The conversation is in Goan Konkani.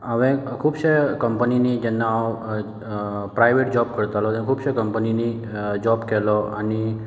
हांवेन खुपशे कंपनिनी जेन्ना आंव प्रायवेट जॉब करतालो तेन्ना खुबशे कंपनिनी जॉब केलो आनी